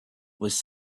was